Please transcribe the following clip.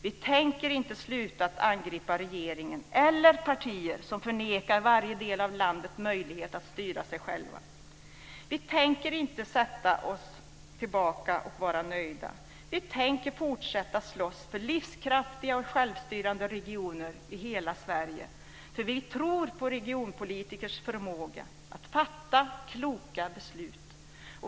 Vi tänker inte sluta att angripa regeringen eller partier som förnekar delar av landet möjligheten att styra sig själva. Vi tänker inte luta oss tillbaka och vara nöjda. Vi tänker fortsätta slåss för livskraftiga och självstyrande regioner i hela Sverige, för vi tror på regionpolitikers förmåga att fatta kloka beslut.